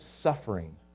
suffering